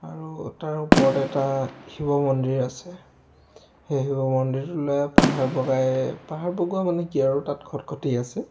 আৰু তাৰ ওপৰত এটা শিৱ মন্দিৰ আছে সেই শিৱ মন্দিৰটোলৈ পাহাৰ বগাই পাহাৰ বগোৱা মানে কি আৰু তাত খটখটি আছে